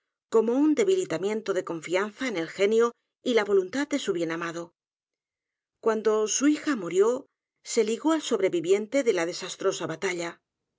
como un debilitamiento de confianza en el genio y la voluntad de su bienamado guando su hija murió se ligó al sobreviviente de la desastrosa batalla